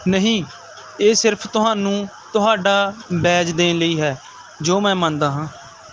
ਨਹੀਂ ਇਹ ਸਿਰਫ਼ ਤੁਹਾਨੂੰ ਤੁਹਾਡਾ ਬੈਜ ਦੇਣ ਲਈ ਹੈ ਜੋ ਮੈਂ ਮੰਨਦਾ ਹਾਂ